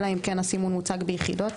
אלא אם כן הסימון מוצג ביחידות,